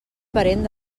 parent